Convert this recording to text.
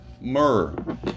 myrrh